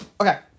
Okay